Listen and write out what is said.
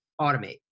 automate